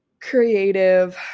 creative